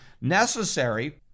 necessary